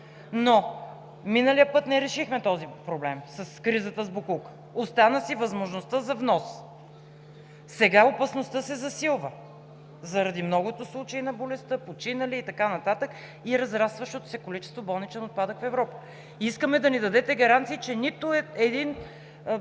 Миналия път не решихме проблема с кризата с боклука и остана възможността за внос. Сега опасността се засилва заради многото случаи на болестта – починали и така нататък, и разрастващото се количество болничен отпадък в Европа. Искаме да ни дадете гаранции, че нито един